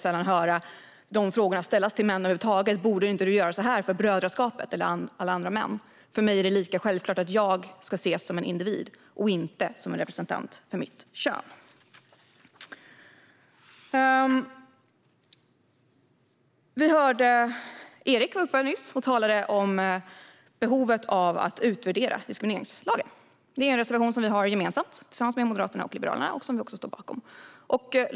Sällan ställs frågan till män: Borde du inte göra så här för brödraskapet eller alla andra män? För mig är det lika självklart att jag ska ses som en individ och inte som en representant för mitt kön. Erik talade nyss om behovet av att utvärdera diskrimineringslagen. Vi har den reservationen gemensamt med Moderaterna och Liberalerna.